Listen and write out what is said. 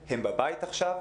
הם בבית עכשיו,